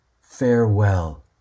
farewell